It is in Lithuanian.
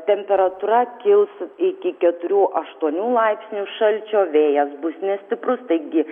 temperatūra kils iki keturių aštuonių laipsnių šalčio vėjas bus nestiprus taigi